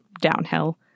downhill